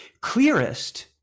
clearest